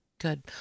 Good